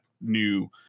new